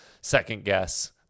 second-guess